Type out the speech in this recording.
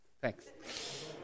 Thanks